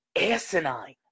asinine